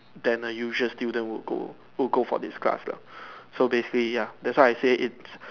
than a usual student would go would go for this class lah so basically ya that's why I said it's